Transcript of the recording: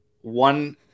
one